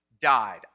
died